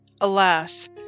Alas